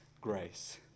grace